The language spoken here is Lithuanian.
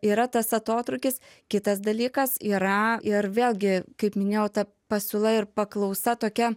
yra tas atotrūkis kitas dalykas yra ir vėlgi kaip minėjau ta pasiūla ir paklausa tokia